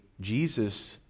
Jesus